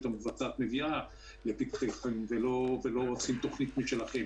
המבצעת מביאה לפתחכם ולא עושים תוכנית משלכם,